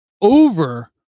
over